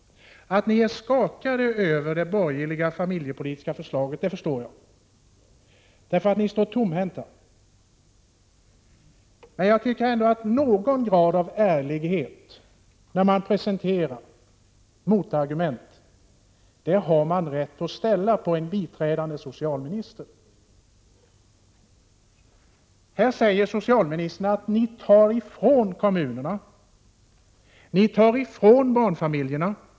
Att ni är skakade över det borgerliga familjepolitiska förslaget förstår jag, eftersom ni står tomhänta. Man har rätt att ställa krav på något mått av ärlighet på en biträdande socialminister när han presenterar sina motargument. Bengt Lindqvist säger att vi tar från kommunerna och från barnfamiljerna.